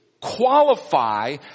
qualify